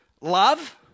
love